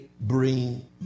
bring